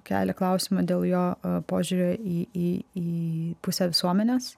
kelia klausimą dėl jo požiūrio į į į pusę visuomenės